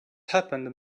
happened